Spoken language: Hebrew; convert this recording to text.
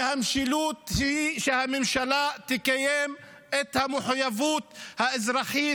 שהמשילות היא שהממשלה תקיים את המחויבות האזרחית